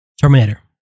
Terminator